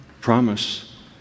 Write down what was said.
promise